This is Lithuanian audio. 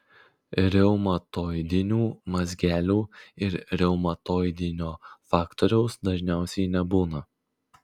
reumatoidinių mazgelių ir reumatoidinio faktoriaus dažniausiai nebūna